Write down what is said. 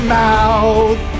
mouth